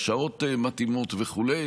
על שעות מתאימות וכו',